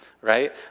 right